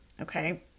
Okay